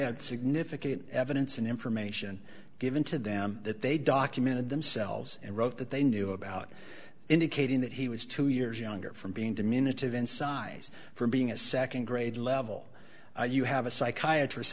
had significant evidence and information given to them that they documented themselves and wrote that they knew about indicating that he was two years younger from being to minutes of in size from being a second grade level you have a psychiatrist